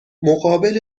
مقابل